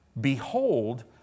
behold